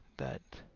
that